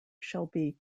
shelby